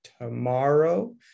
tomorrow